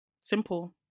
Simple